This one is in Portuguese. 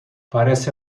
parece